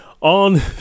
on